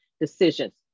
decisions